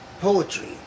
poetry